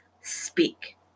speak